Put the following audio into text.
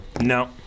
no